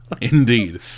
indeed